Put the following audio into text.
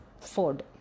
Ford